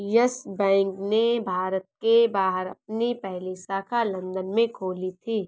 yes Bank ने भारत के बाहर अपनी पहली शाखा लंदन में खोली थी